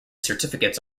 certificates